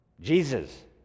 Jesus